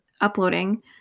uploading